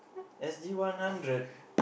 S_G one hundred